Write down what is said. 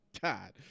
God